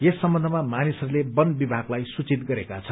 यस सम्बन्धमा मानिसहरूले वन विभागलाई सूचित गरेका छन्